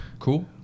Cool